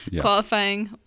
qualifying